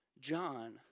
John